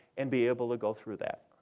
and be able to go through that.